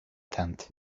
tent